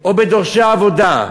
או בדורשי עבודה?